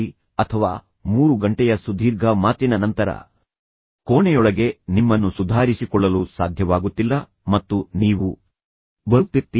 ಹೊಟ್ಟೆಯ ಅಸ್ವಸ್ಥತೆ ಇದೆ ಅಥವಾ ಮೂರು ಗಂಟೆಯ ಸುಧೀರ್ಘ ಮಾತಿನ ನಂತರ ಕೋಣೆಯೊಳಗೆ ನಿಮ್ಮನ್ನು ಸುಧಾರಿಸಿಕೊಳ್ಳಲು ಸಾಧ್ಯವಾಗುತ್ತಿಲ್ಲ ಮತ್ತು ನೀವು ಆಗಾಗ್ಗೆ ಶೌಚಾಲಯಕ್ಕೆ ಹೋಗಿ ಬರುತ್ತಿರುತ್ತೀರಿ